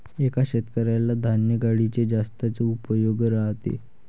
एका शेतकऱ्याला धान्य गाडीचे जास्तच उपयोग राहते